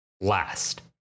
last